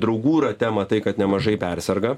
draugų rate matai kad nemažai perserga